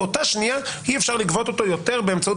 באותה שנייה אי אפשר לגבות או יותר באמצעות